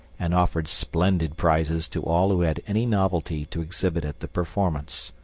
and offered splendid prizes to all who had any novelty to exhibit at the performance.